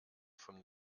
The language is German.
von